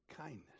kindness